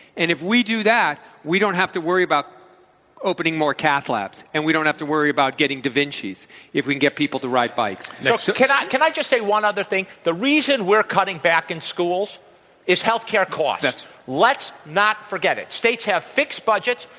and if we do that we don't have to worry about opening more cath labs and we don't have to worry about getting da vincis if we can get people to ride bikes. you know so can i can i just say one other thing? the reason we're cutting back in schools is healthcare cost. let's not forget it. states have fixed budgets.